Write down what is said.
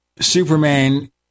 Superman